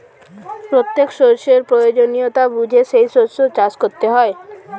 প্রত্যেক শস্যের প্রয়োজনীয়তা বুঝে সেই শস্য চাষ করতে হয়